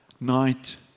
night